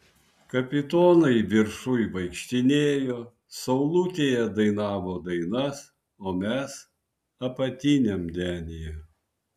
kapitonai viršuj vaikštinėjo saulutėje dainavo dainas o mes apatiniam denyje